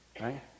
Right